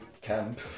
camp